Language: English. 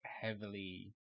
heavily